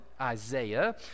isaiah